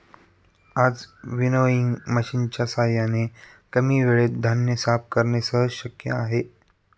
आज विनोइंग मशिनच्या साहाय्याने कमी वेळेत धान्य साफ करणे सहज शक्य आहे